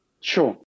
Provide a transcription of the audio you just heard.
Sure